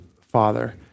Father